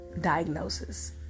diagnosis